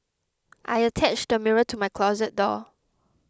I attached a mirror to my closet door